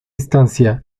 instancia